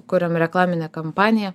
kuriam reklaminę kampaniją